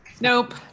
nope